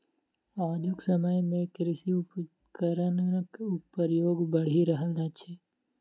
आजुक समय मे कृषि उपकरणक प्रयोग बढ़ि रहल अछि